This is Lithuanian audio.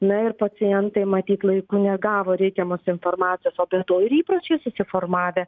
na ir pacientai matyt laiku negavo reikiamos informacijos o be to ir įpročiai susiformavę